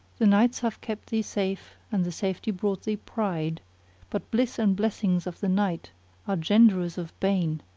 the nights have kept thee safe and the safety brought thee pride but bliss and blessings of the night are genderers of bane!